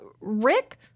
Rick